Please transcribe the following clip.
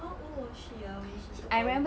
how old was she ah when she took our